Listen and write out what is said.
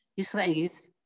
Israelis